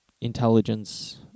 intelligence